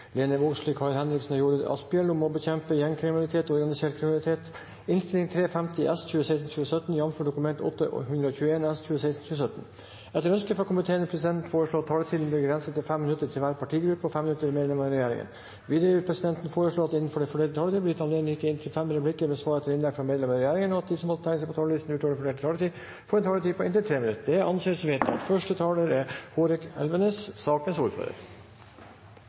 minutter til hver partigruppe og 5 minutter til medlemmer av regjeringen. Videre vil presidenten foreslå at det – innenfor den fordelte taletid – blir gitt anledning til replikkordskifte på inntil fem replikker med svar etter innlegg fra medlemmer av regjeringen, og at de som måtte tegne seg på talerlisten utover den fordelte taletid, får en taletid på inntil 3 minutter. – Det anses vedtatt. Forslagsstillerne skal ha honnør for at de bibeholder oppmerksomheten knyttet til organisert kriminalitet og gjengkriminalitet. Spørsmålet er